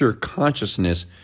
consciousness